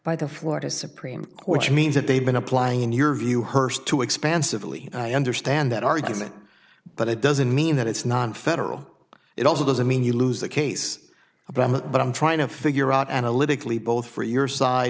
by the florida supreme court's means that they've been applying in your view hurst to expansively i understand that argument but it doesn't mean that it's nonfederal it also doesn't mean you lose the case about that but i'm trying to figure out analytically both for your side